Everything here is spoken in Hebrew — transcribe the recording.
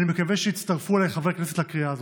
ואני מקווה שיצטרפו אליי חברי הכנסת לקריאה הזאת.